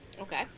Okay